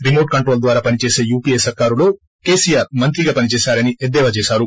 remote control ద్వారా పనిచేసి UPA సర్కారులో కేసీఆర్ మంత్రిగా పనిచేశారని ఎద్దేవా చేసారు